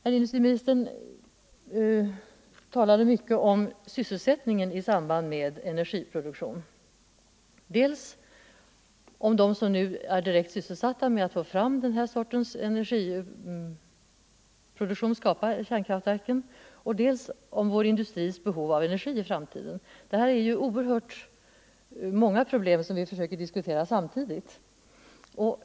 Herr industriministern talade mycket om sysselsättningen i samband med energiproduktion — dels om dem som nu är direkt sysselsatta med att få fram den här sortens energiproduktion och skapa kärnkraftverk, dels om vår industris behov av energi i framtiden. Det är ju oerhört många problem som vi här försöker diskutera samtidigt.